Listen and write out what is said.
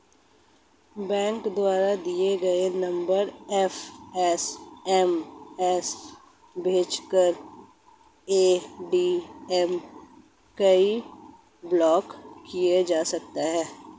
bank द्वारा दिए गए नंबर पर एस.एम.एस भेजकर ए.टी.एम कार्ड ब्लॉक किया जा सकता है